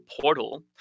portal